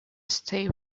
stay